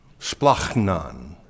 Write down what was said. Splachnan